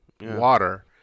water